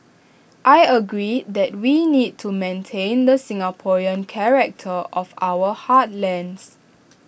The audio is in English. I agreed that we need to maintain the Singaporean character of our heartlands